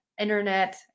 internet